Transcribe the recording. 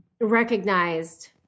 recognized